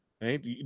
Right